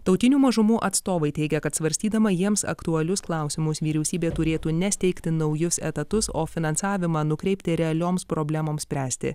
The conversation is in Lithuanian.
tautinių mažumų atstovai teigia kad svarstydama jiems aktualius klausimus vyriausybė turėtų ne steigti naujus etatus o finansavimą nukreipti realioms problemoms spręsti